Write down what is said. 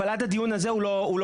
אבל עד הדיון הזה הוא לא הוציא,